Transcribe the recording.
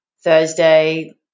Thursday